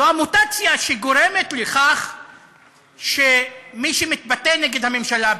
זו המוטציה שגורמת לכך שמי שמתבטא נגד הממשלה,